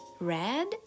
red